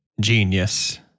genius